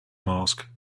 mask